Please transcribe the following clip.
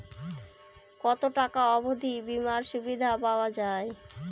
কত টাকা অবধি বিমার সুবিধা পাওয়া য়ায়?